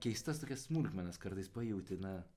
keistas tokias smulkmenas kartais pajauti na